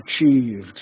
achieved